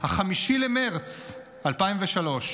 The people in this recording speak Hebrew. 5 במרץ 2003,